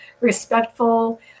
respectful